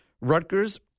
Rutgers